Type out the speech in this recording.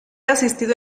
asistido